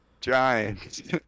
giants